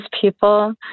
people